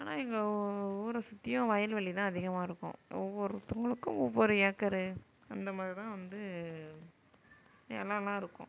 ஆனால் எங்கள் ஊரை சுற்றியும் வயல்வெளிதான் அதிகமாக இருக்கும் ஒவ்வொருத்தவங்களுக்கும் ஒவ்வொரு ஏக்கர் அந்த மாதிரிதான் வந்து நிலம்லாம் இருக்கும்